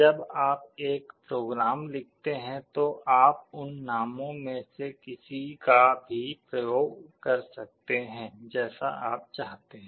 जब आप एक प्रोग्राम लिखते हैं तो आप उन नामों में से किसी का भी उपयोग कर सकते हैं जैसा आप चाहते हैं